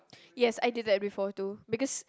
yes I did that before too because